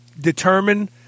determine